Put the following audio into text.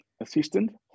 assistant